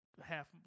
half